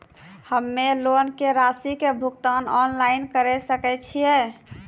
हम्मे लोन के रासि के भुगतान ऑनलाइन करे सकय छियै?